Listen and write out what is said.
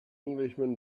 englishman